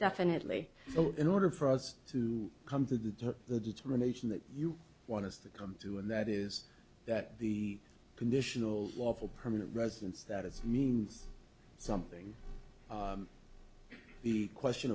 definitely so in order for us to come to the determination that you want us to come to and that is that the conditional lawful permanent residence that is means something the question